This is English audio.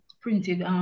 printed